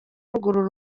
ruguru